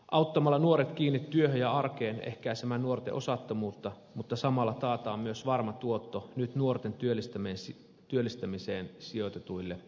auttamalla nuoret kiinni työhön ja arkeen ehkäistään nuorten osattomuutta mutta samalla taataan myös varma tuotto nyt nuorten työllistämiseen sijoitetuille euroille